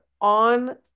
on